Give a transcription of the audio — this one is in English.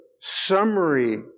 summary